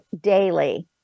daily